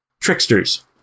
tricksters